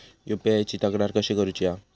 UPI ची तक्रार कशी करुची हा?